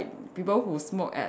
people who smoke at